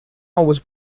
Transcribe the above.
was